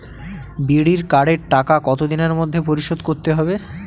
বিড়ির কার্ডের টাকা কত দিনের মধ্যে পরিশোধ করতে হবে?